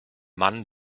mann